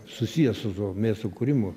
susiję su tuo miesto kūrimu